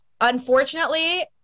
unfortunately